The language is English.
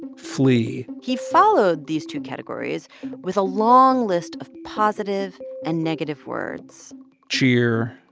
flea he followed these two categories with a long list of positive and negative words cheer,